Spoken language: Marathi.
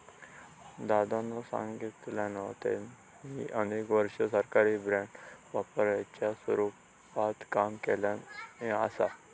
दादानं सांगल्यान, त्यांनी अनेक वर्षा सरकारी बाँड व्यापाराच्या रूपात काम केल्यानी असा